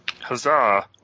Huzzah